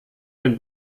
den